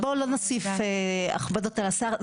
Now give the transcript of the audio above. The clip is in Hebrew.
בואו לא נוסיף הכבדות על השר.